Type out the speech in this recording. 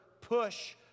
push